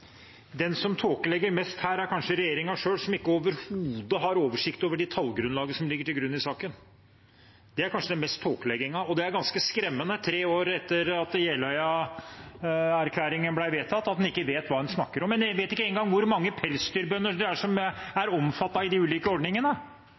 Den som tåkelegger mest her, er kanskje regjeringen selv, som ikke overhodet har oversikt over det tallgrunnlaget som ligger i saken. Det er kanskje den største tåkeleggingen, og det er ganske skremmende at man tre år etter at Jeløya-erklæringen ble vedtatt, ikke vet hva man snakker om. Man vet ikke engang hvor mange pelsdyrbønder som er